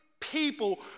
people